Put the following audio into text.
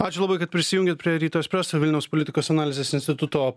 ačiū labai kad prisijungėt prie ryto ekspreso vilniaus politikos analizės instituto